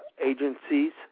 agencies